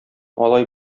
алай